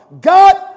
God